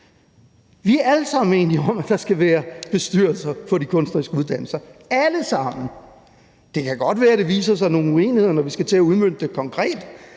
– alle sammen – enige om, at der skal være bestyrelser på kunstneriske uddannelser. Det kan være, der viser sig nogle uenigheder, når vi skal til at udmønte det konkret.